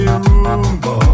rumba